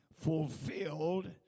fulfilled